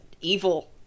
evil